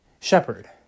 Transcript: shepherd